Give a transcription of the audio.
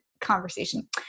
conversation